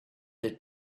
they